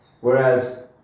Whereas